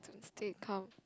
instead come